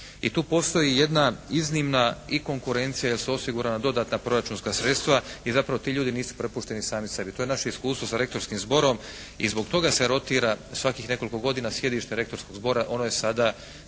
I tu postoji jedna iznimna i konkurencija jer su osigurana dodatna proračunska sredstva i zapravo ti ljudi nisu prepušteni sami sebi. To je naše iskustvo sa rektorskim zborom i zbog toga se rotira svakih nekoliko godina sjedište Rektorskog zbora, ono je sada